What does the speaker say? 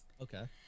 Okay